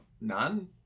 none